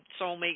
soulmate